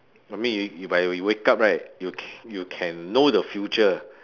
I mean you by you wake up right you can you can know the future